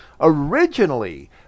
Originally